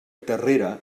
terrera